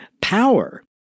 power